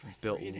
Built